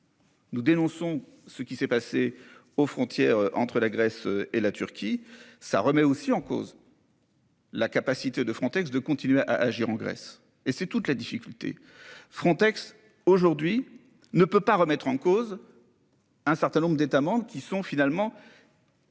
Nous dénonçons ce qui s'est passé aux frontières entre la Grèce et la Turquie, ça remet aussi en cause. La capacité de Frontex de continuer à agir en Grèce et c'est toute la difficulté Frontex aujourd'hui ne peut pas remettre en cause. Un certain nombre d'États qui sont finalement.